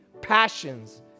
passions